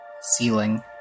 ceiling